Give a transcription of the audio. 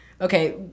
okay